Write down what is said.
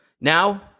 Now